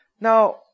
Now